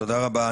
תודה רבה.